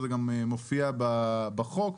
זה גם מופיע בחוק,